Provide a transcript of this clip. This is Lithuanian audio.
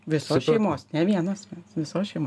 visos šeimos ne vieno asmens visos šeimos